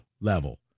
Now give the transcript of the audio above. level